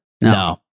No